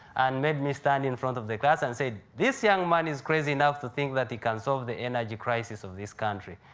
and made me stand in front of the class, and said, this young man is crazy enough to think that he he can solve the energy crisis of this country.